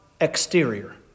exterior